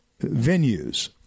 venues